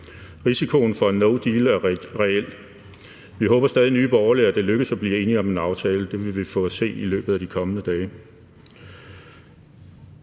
Risikoen for no deal er reel. Vi håber stadig i Nye Borgerlige, at det lykkes at blive enige om en aftale, men det vil vi få at se i løbet af de kommende dage.